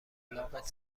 الاغت